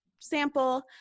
Sample